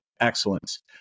excellence